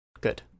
Good